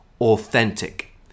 authentic